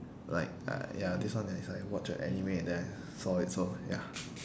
like uh ya this one is I watch a anime and then I saw it so ya